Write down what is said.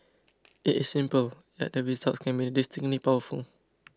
it is simple yet the results can be distinctly powerful